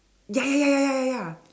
ya ya ya ya ya ya ya